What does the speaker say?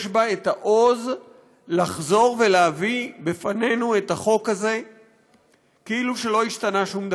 יש בה העוז לחזור ולהביא בפנינו את החוק הזה כאילו שלא השתנה שום דבר.